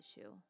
issue